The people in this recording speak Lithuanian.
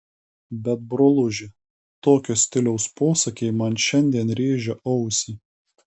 bet broluži tokio stiliaus posakiai man šiandien rėžia ausį